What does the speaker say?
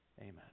amen